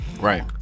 Right